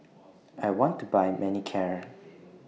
I want to Buy Manicare